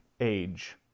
age